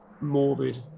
morbid